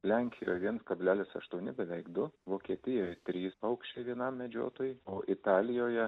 lenkijoj viens kablelis aštuoni beveik du vokietijoje trys paukščiai vienam medžiotojui o italijoje